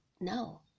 no